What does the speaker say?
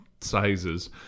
sizes